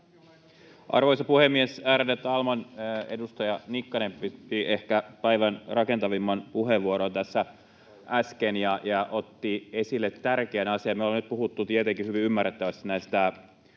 Arvoisa puhemies, ärade talman! Edustaja Nikkanen piti ehkä päivän rakentavimman puheenvuoron tässä äsken ja otti esille tärkeän asian. Me ollaan nyt puhuttu tietenkin hyvin ymmärrettävästi akuuteista